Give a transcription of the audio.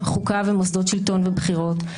חוקה ומוסדות שלטון ובחירות,